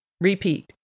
repeat